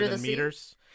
meters